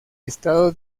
estado